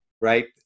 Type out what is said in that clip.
Right